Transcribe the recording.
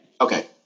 Okay